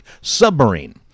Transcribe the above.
submarine